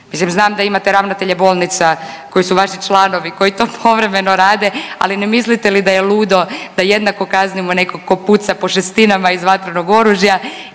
Mislim znam da imate ravnatelje bolnica koji su vaši članovi koji to povremeno rade, ali ne mislite li da je ludo da jednako kaznimo nekoga tko puca po Šestinama iz vatrenog oružja